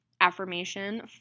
affirmation